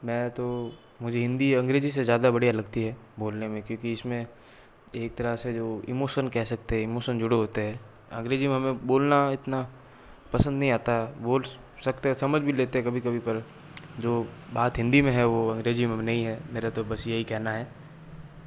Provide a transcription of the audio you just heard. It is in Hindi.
मैं तो मुझे हिंदी अंग्रेजी से ज़्यादा बढ़िया लगती है बोलने में क्योंकी इसमें एक तरह से जो इमोशन कह सकते हैं इमोसन जुड़े होते हैं अंग्रेजी में हमें बोलना इतना पसंद नहीं आता बोल सकते हैं समझ भी लेते हैं कभी कभी पर जो बात हिंदी में है वो अंग्रेजी में नहीं है मेरा तो बस यही कहना है